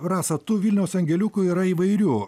rasa tų vilniaus angeliukų yra įvairių